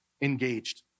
Engaged